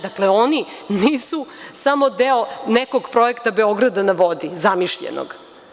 Dakle, oni nisu samo deo nekog projekta „Beograda na vodi“ zamišljenog.